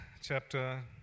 chapter